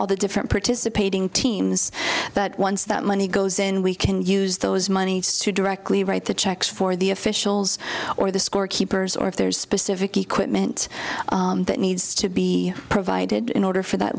all the different participating teams but once that money goes in we can use those monies to directly write the checks for the officials or the scorekeepers or if there's specific equipment that needs to be provided in order for that